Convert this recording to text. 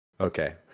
okay